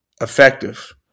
effective